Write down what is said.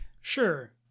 sure